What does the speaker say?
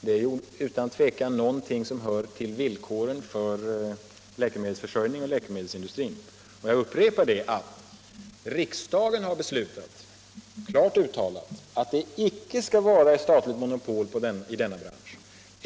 Det är utan tvivel någonting som hör till villkoren för läkemedelsindustrin. Jag upprepar att riksdagen har beslutat — klart uttalat — att det inte skall vara ett statligt monopol i denna bransch.